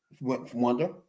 wonder